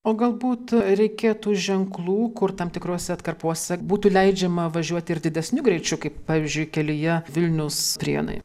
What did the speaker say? o galbūt reikėtų ženklų kur tam tikrose atkarpose būtų leidžiama važiuoti ir didesniu greičiu kaip pavyzdžiui kelyje vilnius prienai